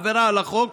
עבירה על החוק,